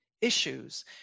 issues